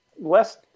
less